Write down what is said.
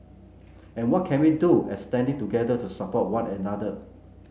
and what can we do as standing together to support one another